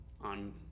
on